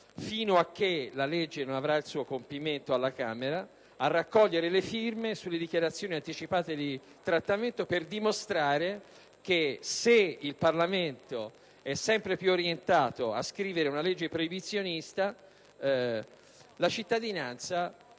fino a che il provvedimento non avrà il suo compimento alla Camera, a raccogliere le firme sulle dichiarazioni anticipate di trattamento per dimostrare che, se il Parlamento è sempre più orientato a scrivere una legge proibizionista, la cittadinanza,